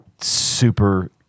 super